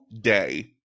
day